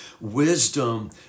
Wisdom